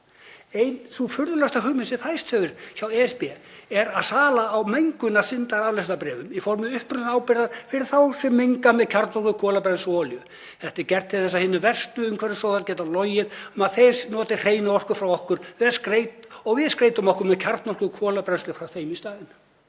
Ein furðulegasta hugmynd sem fæðst hefur hjá ESB er sala á mengunarsyndaaflausnarbréfum í formi upprunaábyrgða fyrir þá sem menga með kjarnorku, kolabrennslu og olíu. Þetta er gert til þess að hinir verstu umhverfissóðar geti logið um að þeir noti hreina orku frá okkur og við skreytum okkur með kjarnorku og kolabrennslu frá þeim í staðinn.